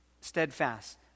steadfast